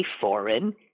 foreign